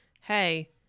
hey